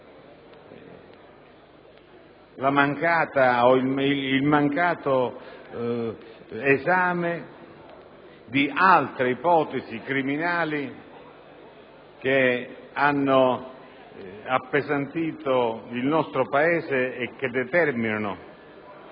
il mancato esame di altre ipotesi criminali che hanno appesantito il nostro Paese e che determinano